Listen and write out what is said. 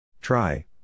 Try